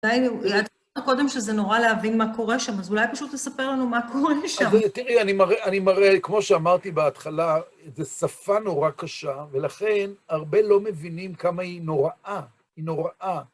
קודם שזה נורא להבין מה קורה שם, אז אולי פשוט תספר לנו מה קורה שם. אבל תראי, אני מראה, כמו שאמרתי בהתחלה, זו שפה נורא קשה, ולכן הרבה לא מבינים כמה היא נוראה. היא נוראה.